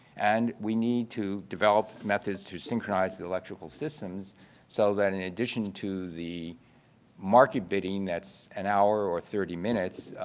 and we need to develop methods to synchronize the electrical systems so that in addition to the market bidding that's an hour or thirty minutes,